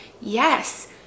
yes